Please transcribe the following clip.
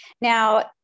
Now